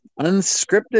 unscripted